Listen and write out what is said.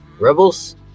Rebels